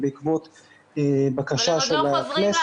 זה בעקבות בקשה של --- אבל הם עוד לא חוזרים לעבודה.